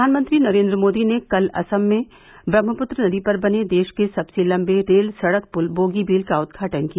प्रधानमंत्री नरेन्द्र मोदी ने कल असम में ब्रह्मपुत्र नदी पर बने देश के सबसे लम्बे रेल सड़क पुल बोगीबील का उद्घाटन किया